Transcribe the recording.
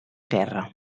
guerra